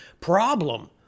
problem